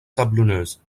sablonneuses